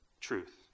truth